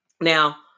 Now